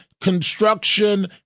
construction